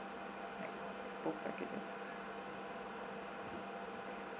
like both packages